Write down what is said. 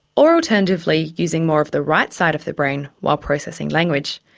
or alternatively using more of the right side of the brain while processing language.